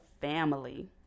family